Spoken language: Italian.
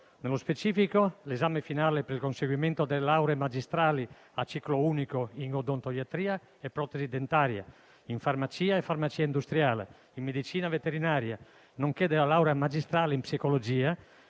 Nello specifico, l'esame finale per il conseguimento delle lauree magistrali a ciclo unico in odontoiatria e protesi dentaria, in farmacia e farmacia industriale, in medicina veterinaria, nonché della laurea magistrale in psicologia,